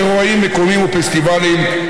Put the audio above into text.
אירועים מקומיים ופסטיבלים,